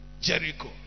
Jericho